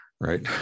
right